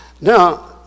Now